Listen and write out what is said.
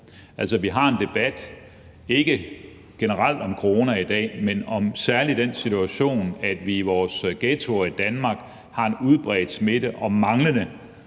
Vi har en debat, ikke generelt om corona i dag, men om den særlige situation, at vi i vores ghettoer i Danmark har en udbredt smitte og manglende